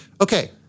Okay